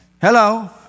Hello